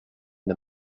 the